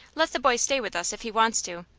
let the boy stay with us, if he wants to,